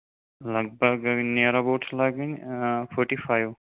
لگ بھگ near about چھِ لاگٕنۍ آ فوٹی فایو